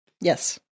Yes